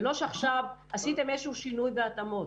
זה לא שעכשיו עשיתם איזושהי תוכנית והתאמות.